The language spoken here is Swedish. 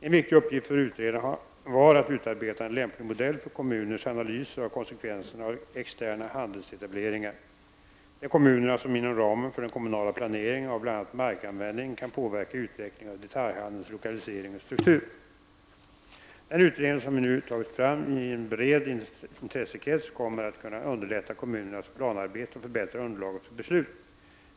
En viktig uppgift för utredarna var att utarbeta en lämplig modell för kommunernas analyser av konsekvenserna av externa handelsetableringar. Det är kommunerna som inom ramen för den kommunala planeringen av bl.a. markanvändningen kan påverka utvecklingen av detaljhandelns lokalisering och struktur. Den utredning som vi nu har tagit fram i en bred intressentkrets kommer att kunna underlätta kommunernas planarbete och förbättra underlaget för beslut.